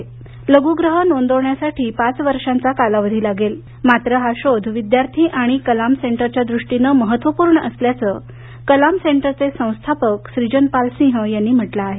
हे लघूग्रह नोंदवण्यासाठी पाच वर्षांचा कालावधी लागेल मात्र हा शोध विद्यार्थी आणि कलाम सेंटरच्या दृष्टीनं महत्त्वपूर्ण असल्याचं कलाम सेंटरचे संस्थापक श्रीजनपाल सिंह यांनी म्हटलं आहे